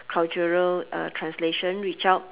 cultural uh translation reach out